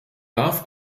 darf